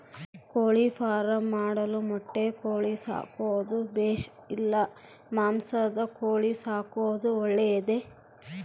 ಕೋಳಿಫಾರ್ಮ್ ಮಾಡಲು ಮೊಟ್ಟೆ ಕೋಳಿ ಸಾಕೋದು ಬೇಷಾ ಇಲ್ಲ ಮಾಂಸದ ಕೋಳಿ ಸಾಕೋದು ಒಳ್ಳೆಯದೇ?